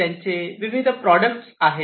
त्यांचे विविध प्रॉडक्ट आहे